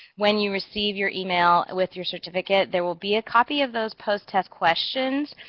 when you receive your email with your certificate, there will be a copy of those post-test questions,